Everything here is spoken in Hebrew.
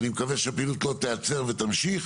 אני מקווה שהפעילות לא תיעצר ותמשיך.